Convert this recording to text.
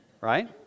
right